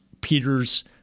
Peters